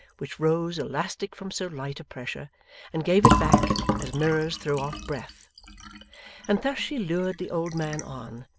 which rose elastic from so light a pressure and gave it back as mirrors throw off breath and thus she lured the old man on,